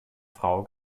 frau